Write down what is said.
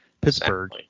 Pittsburgh